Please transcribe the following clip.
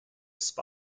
spy